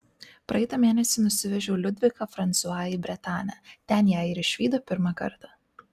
praeitą mėnesį nusivežiau liudviką fransua į bretanę ten ją ir išvydo pirmą kartą